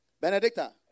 Benedicta